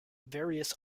various